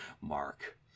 Mark